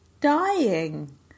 dying